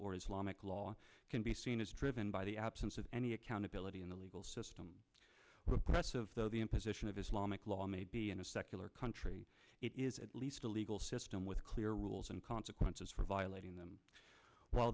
or islamic law can be seen is driven by the absence of any accountability in the legal system repressive though the imposition of islamic law may be in a secular country it is at least a legal system with clear rules and consequences for violating them while